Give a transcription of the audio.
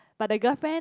but the girlfriend